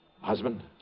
husband